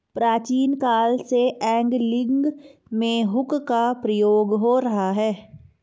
प्राचीन काल से एंगलिंग में हुक का प्रयोग हो रहा है